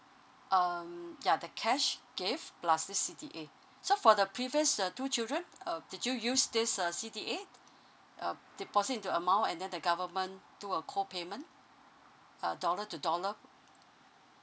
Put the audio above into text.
um ya the cash gift plus the C_D_A so for the previous uh two children uh did you use this uh C_D_A uh deposit into amount and then the government do a co payment uh dollar to dollar